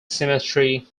cemetery